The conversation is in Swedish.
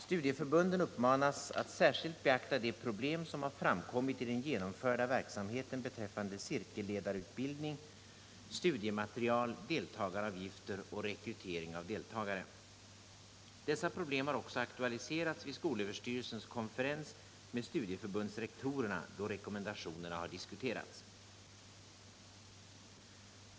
Studieförbunden uppmanas att särskilt beakta de problem som har framkommit i den genomförda verksamheten beträffande cirkelledarutbildning, studiematerial, deltagaravgifter och rekrytering av deltagare. Dessa problem har också aktualiserats vid skolöverstyrelsens konferens med studieförbundsrektorerna, då rekommendationerna har diskuterats.